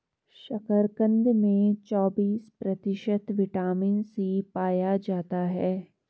शकरकंद में चौबिस प्रतिशत विटामिन सी पाया जाता है